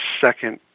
second